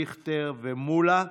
דיכטר ומולא.